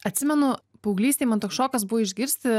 atsimenu paauglystėj man toks šokas buvo išgirsti